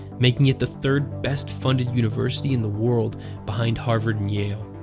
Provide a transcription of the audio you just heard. making it the third best-funded university in the world behind harvard and yale.